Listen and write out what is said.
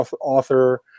author